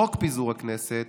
חוק פיזור הכנסת